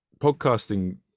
Podcasting